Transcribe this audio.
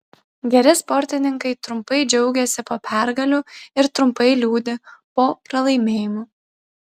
geri sportininkai trumpai džiaugiasi po pergalių ir trumpai liūdi po pralaimėjimų